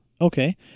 Okay